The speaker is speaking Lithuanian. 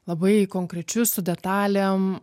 labai konkrečius su detalėm